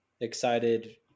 excited